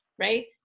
right